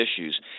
issues